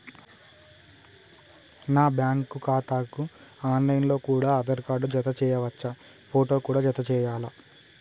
నా బ్యాంకు ఖాతాకు online లో కూడా ఆధార్ కార్డు జత చేయవచ్చా ఫోటో కూడా జత చేయాలా?